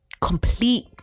complete